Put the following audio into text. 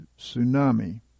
tsunami